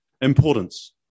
Importance